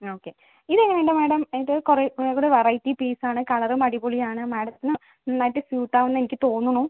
okay ഇത് എങ്ങനെ ഉണ്ട് മേഡം ഇത് കുറേ കുറേ കൂടി വെറൈറ്റി പീസ് ആണ് കളറും അടിപൊളി ആണ് മേഡത്തിന് നന്നായിട്ട് സ്യൂട്ട് ആവുമെന്ന് എനിക്ക് തോന്നുന്നു